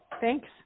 Thanks